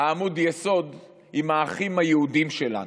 עמוד היסוד עם האחים היהודים שלנו.